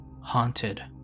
haunted